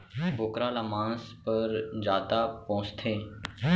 बोकरा ल मांस पर जादा पोसथें